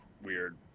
weird